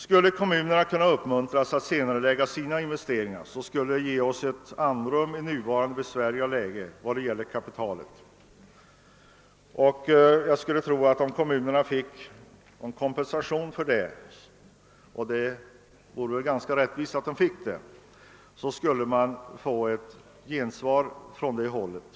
Skulle kommunerna kunna uppmuntras att också senarelägga sina investeringar, skulle det ge oss ett andrum i nuvarande besvärliga kapitalläge. Om kommunerna fick någon kompensation — och det vore enligt min mening rättvist skulle man kunna få ett gensvar från det hållet.